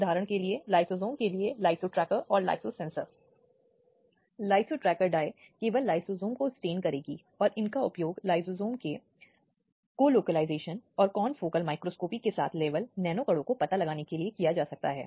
धारा 273 जिसमें 18 साल से कम उम्र की महिला का साक्ष्य दर्ज किया जाना है अदालत उचित कदम उठाएगी यह सुनिश्चित करने के लिए कि वह आरोपी द्वारा सामना नहीं किया गया है